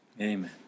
amen